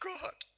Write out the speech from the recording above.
God